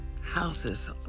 houses